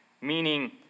meaning